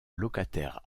locataire